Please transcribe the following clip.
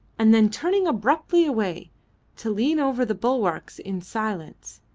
and then turning abruptly away to lean over the bulwarks in silence,